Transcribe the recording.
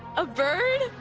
a bird.